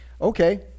Okay